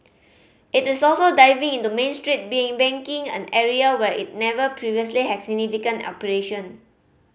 it is also diving into Main Street being banking an area where it never previously had significant operation